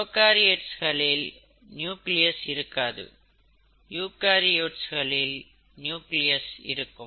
ப்ரோகாரியோட்ஸ்களில் nucleus இருக்காது யூகரியோட்ஸ்களில் nucleus இருக்கும்